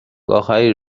آخری